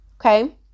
Okay